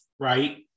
Right